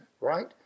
right